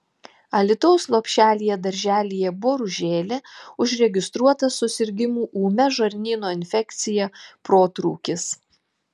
alytaus lopšelyje darželyje boružėlė užregistruotas susirgimų ūmia žarnyno infekcija protrūkis